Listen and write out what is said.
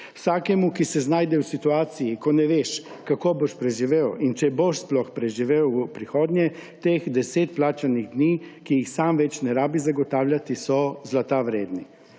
Vsakemu, ki se znajde v situaciji, ko ne veš, kako boš preživel in če boš sploh preživel v prihodnje, teh 10 plačanih dni, ki jih sam več ne rabi zagotavljati, so zlata vredni.